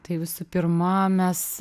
tai visų pirma mes